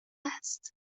است